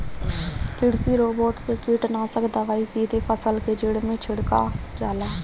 कृषि रोबोट से कीटनाशक दवाई सीधे फसल के जड़ में छिड़का जाला